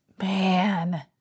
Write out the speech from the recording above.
Man